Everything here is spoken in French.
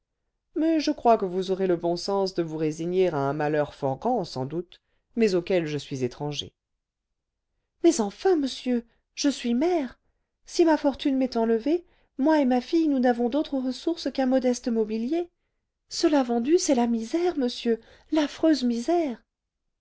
mais je crois que vous aurez le bon sens de vous résigner à un malheur fort grand sans doute mais auquel je suis étranger mais enfin monsieur je suis mère si ma fortune m'est enlevée moi et ma fille nous n'avons d'autre ressource qu'un modeste mobilier cela vendu c'est la misère monsieur l'affreuse misère